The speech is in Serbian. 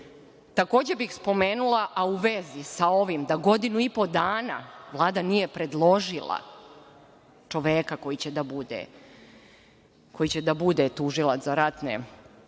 bih spomenula, a u vezi sa ovim, da godinu i po dana Vlada nije predložila čoveka koji će da bude tužilac za ratne